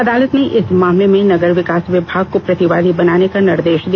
अदालत ने इस मामले में नगर विकास विभाग को प्रतिवादी बनाने का निर्देश दिया